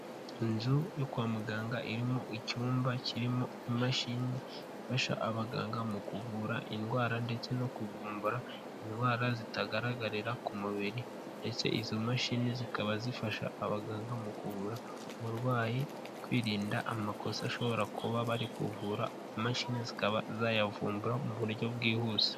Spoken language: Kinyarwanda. Inzu yo kwa muganga irimo icyumba kirimo imashini ifasha abaganga mu kuvura indwara ndetse no kuvumbura indwara zitagaragarira ku mubiri, ndetse izo mashini zikaba zifasha abaganga mu kuvura umurwayi kwirinda amakosa ashobora kuba bari kuvura imashini zikaba zayavumbura mu buryo bwihuse.